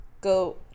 go